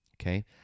Okay